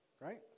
Right